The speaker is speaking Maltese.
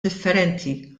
differenti